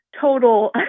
total